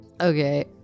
Okay